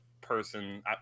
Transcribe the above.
person